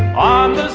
on